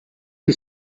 que